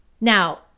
Now